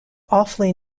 awfully